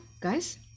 guys